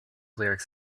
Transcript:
lyrics